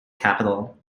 capital